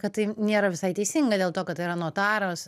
kad tai nėra visai teisinga dėl to kad tai yra notaras